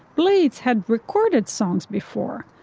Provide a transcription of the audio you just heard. blades had recorded songs before.